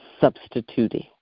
substituting